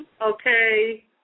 Okay